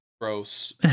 gross